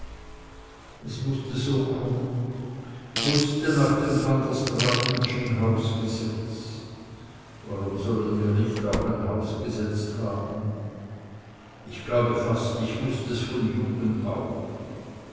es mußte so kommen mußte nach dem van der straatenschen hausgesetz warum sollen wir nicht auch ein hausgesetz haben und ich glaube fast ich wußt es von jugend auf